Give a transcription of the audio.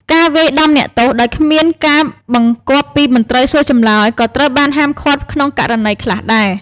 ការវាយដំអ្នកទោសដោយគ្មានការបង្គាប់ពីមន្ត្រីសួរចម្លើយ ក៏ត្រូវបានហាមឃាត់ក្នុងករណីខ្លះដែរ។